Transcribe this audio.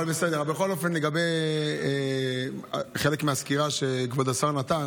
בכל אופן, לגבי חלק מהסקירה שכבוד השר נתן.